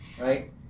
right